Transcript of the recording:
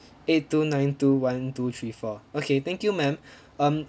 eight two nine two one two three four okay thank you ma'am um